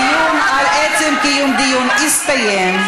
הדיון על עצם קיום דיון הסתיים,